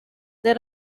there